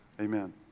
Amen